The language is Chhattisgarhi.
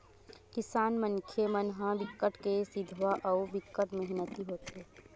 किसान मनखे मन ह बिकट के सिधवा अउ बिकट मेहनती होथे